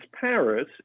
Paris